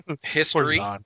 History